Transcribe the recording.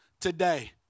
today